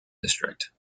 district